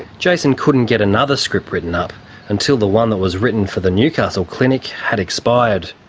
jason couldn't get another script written up until the one that was written for the newcastle clinic had expired.